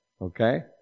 okay